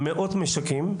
מאות משקים,